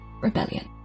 Rebellion